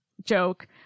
joke